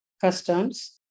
customs